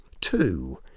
Two